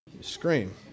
scream